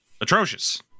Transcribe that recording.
Atrocious